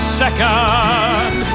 second